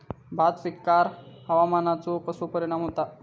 भात पिकांर हवामानाचो कसो परिणाम होता?